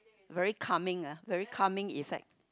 very calming ah very calming effect